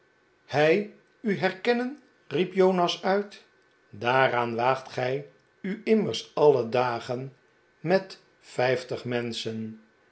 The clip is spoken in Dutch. hij u herkennen riep jonas uit daaraan waagt gij u immers alle dagen met vijftig menschen